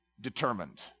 determined